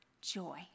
joy